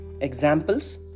examples